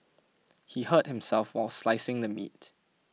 he hurt himself while slicing the meat